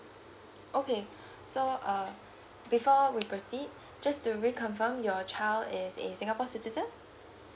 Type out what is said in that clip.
okay so uh before we proceed just to re confirm your child is a singapore citizen